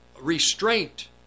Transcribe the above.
restraint